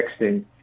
texting